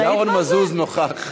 ירון מזוז נוכח.